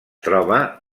troba